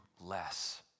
less